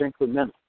incremental